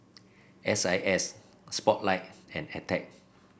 S I S Spotlight and Attack